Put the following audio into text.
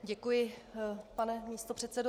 Děkuji, pane místopředsedo.